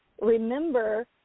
remember